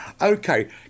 Okay